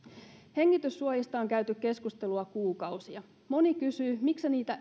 hengityssuojista on käyty keskustelua kuukausia moni kysyy miksi niitä